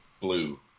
blue